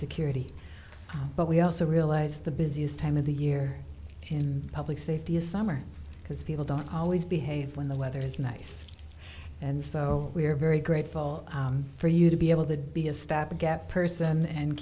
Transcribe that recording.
security but we also realize the busiest time of the year in public safety is summer because people don't always behave when the weather is nice and so we're very grateful for you to be able to be a stopgap person and